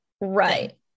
Right